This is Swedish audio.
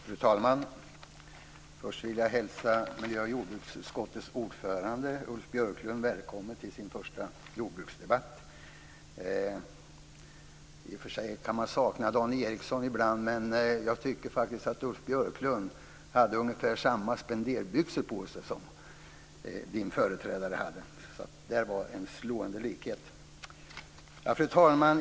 Fru talman! Först vill jag hälsa miljö och jordbruksutskottets ordförande Ulf Björklund välkommen till sin första jordbruksdebatt. Man kan i och för sig sakna Dan Ericsson, men jag tycker faktiskt att Ulf Björklund har ungefär samma spederbyxor på sig som sin företrädare. Där finns en slående likhet. Fru talman!